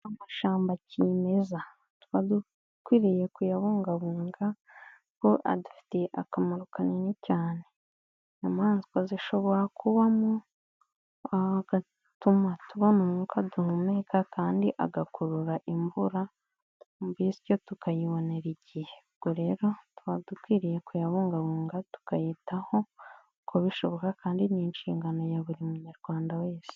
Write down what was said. Amashamba kimeza tuba dukwiriye kuyabungabunga kuko adufitiye akamaro kanini cyane, inyamaswa zishobora kubamo, agatuma tubona umwuka duhumeka kandi agakurura imvura, bityo tukayibonera igihe, ubwo rero tuba dukwiriye kuyabungabunga, tukayitaho uko bishoboka kandi ni inshingano ya buri munyarwanda wese.